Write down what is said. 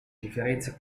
differenze